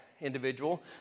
individual